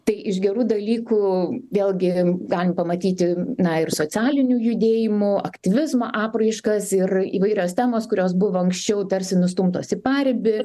tai iš gerų dalykų vėlgi galim pamatyti na ir socialinių judėjimų aktyvizmo apraiškas ir įvairios temos kurios buvo anksčiau tarsi nustumtos į paribį